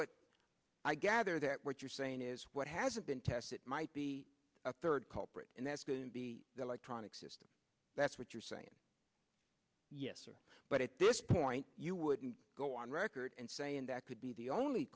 what i gather that what you're saying is what hasn't been tested might be a third culprit and that's going to be the electronic system that's what you're saying yes sir but at this point you wouldn't go on record and say and that could be the only